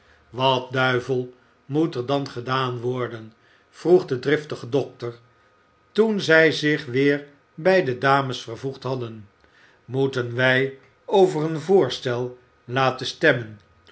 wat duivel moet er dan gedaan worden vroeg de driftige dokter toen zij zich weer bij de dames vervoegd hadden moeten wij over een voorstel laten stemmen